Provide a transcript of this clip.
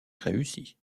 réussie